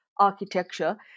architecture